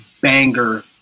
banger